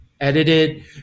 edited